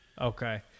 Okay